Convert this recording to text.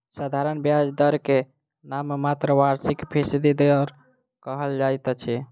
साधारण ब्याज दर के नाममात्र वार्षिक फीसदी दर कहल जाइत अछि